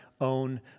own